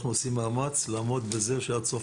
אנחנו עושים מאמץ לעמוד בזה שעד סוף